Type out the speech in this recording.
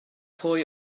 pwy